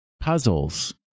Puzzles